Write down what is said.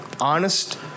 honest